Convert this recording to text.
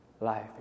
life